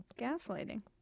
Gaslighting